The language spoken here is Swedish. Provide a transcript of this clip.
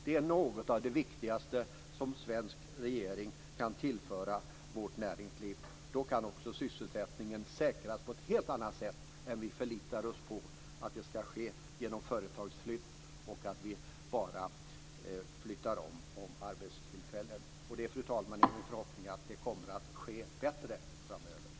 Det är något av det viktigaste som en svensk regering kan tillföra vårt näringsliv. Då kan också sysselsättningen säkras på ett helt annat sätt, än om vi förlitar oss på att det ska ske genom företagsflytt och vi bara flyttar om arbetstillfällen. Det är, fru talman, min förhoppning att det kommer att ske bättre framöver.